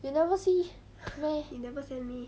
you never see meh